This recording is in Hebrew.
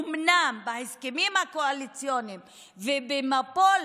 אומנם בהסכמים הקואליציוניים ובמבול